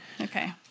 Okay